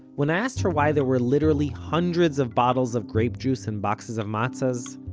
when i asked her why there were literally hundreds of bottles of grape juice and boxes of matzahs,